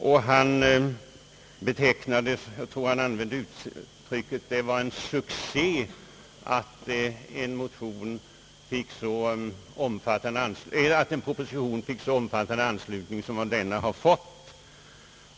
Jag tror att han använde uttrycket att det var en succé att en proposition fick så . omfattande anslutning som denna fått.